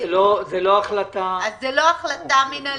זאת לא החלטה מינהלית.